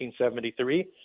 1973